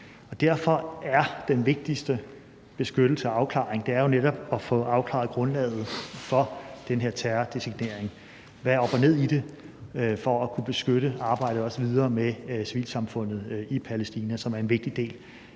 derfor er den vigtigste beskyttelse jo netop at få afklaret grundlaget for den her terrordesignering – hvad der er op og ned i det – for også videre at kunne beskytte arbejdet med civilsamfundet i Palæstina, som er en vigtig del